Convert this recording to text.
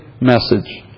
message